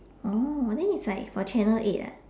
oh then is like for channel eight ah